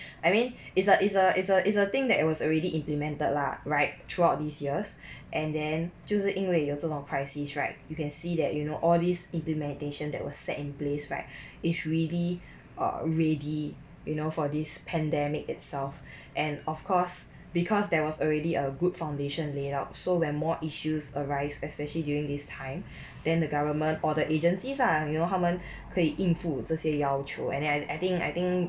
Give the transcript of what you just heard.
I mean it's a it's a it's a it's a thing that was already implemented lah right throughout these years and then 就是因为有这种 crisis right you can see that you know all these implementation that was set in place right is really err ready you know for this pandemic itself and of course because there was already a good foundation laid out so when more issues arise especially during this time then the government or the agencies ah you know 他们可以应付这些要求 and then I think I think